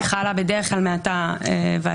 היא חלה בדרך כלל מעתה ואילך.